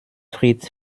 fritz